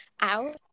out